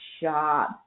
job